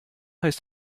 heißt